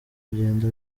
kugenda